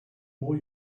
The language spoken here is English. more